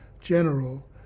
general